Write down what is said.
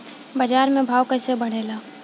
बाजार के भाव कैसे बढ़े ला?